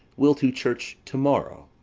we'll to church to-morrow.